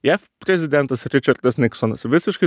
jav prezidentas ričardas niksonas visiškai